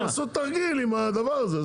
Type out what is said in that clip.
אז הם עשו תרגיל עם הדבר הזה.